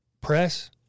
press